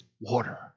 water